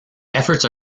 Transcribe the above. efforts